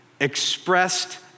expressed